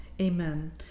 Amen